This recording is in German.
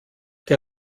der